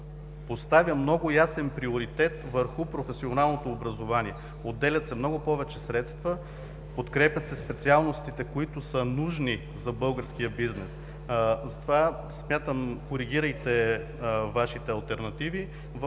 поставя много ясен приоритет върху професионалното образование – отделят се много повече средства, подкрепят се специалностите, които са нужни за българския бизнес. Затова коригирайте Вашите алтернативи